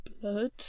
blood